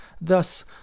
thus